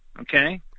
okay